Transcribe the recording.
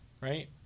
right